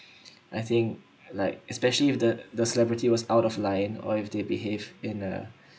I think like especially if the the celebrity was out of line or if they behave in uh